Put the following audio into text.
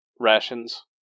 rations